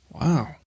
Wow